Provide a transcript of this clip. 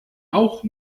auch